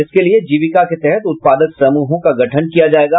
इसके लिए जीविका के तहत उत्पादक समूहों का गठन किया जायेगा